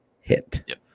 hit